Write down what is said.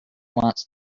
wants